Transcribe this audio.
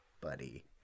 buddy